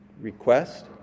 request